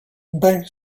ben